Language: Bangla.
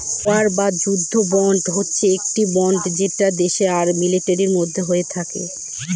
ওয়ার বা যুদ্ধ বন্ড হচ্ছে একটি বন্ড যেটা দেশ আর মিলিটারির মধ্যে হয়ে থাকে